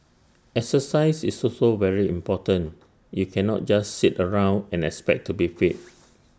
exercise is also very important you cannot just sit around and expect to be fit